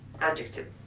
Adjective